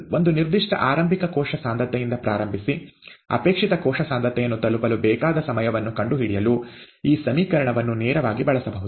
ಒಂದು ನಿರ್ದಿಷ್ಟ ಆರಂಭಿಕ ಕೋಶ ಸಾಂದ್ರತೆಯಿಂದ ಪ್ರಾರಂಭಿಸಿ ಅಪೇಕ್ಷಿತ ಕೋಶ ಸಾಂದ್ರತೆಯನ್ನು ತಲುಪಲು ಬೇಕಾದ ಸಮಯವನ್ನು ಕಂಡುಹಿಡಿಯಲು ಈ ಸಮೀಕರಣವನ್ನು ನೇರವಾಗಿ ಬಳಸಬಹುದು